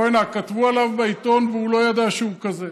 בוא'נה, כתבו עליו בעיתון והוא לא ידע שהוא כזה.